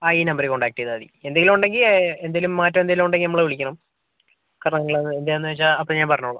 ആ ഈ നമ്പറിൽ കോൺടാക്ട് ചെയ്താൽ മതി എന്തെങ്കിലും ഉണ്ടെങ്കിൽ എന്തേലും മാറ്റം എന്തേലും ഉണ്ടെങ്കിൽ നമ്മളെ വിളിക്കണം കാരണം എന്താണെന്ന് വച്ചാൽ അപ്പം ഞാൻ പറഞ്ഞോളാം